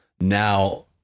now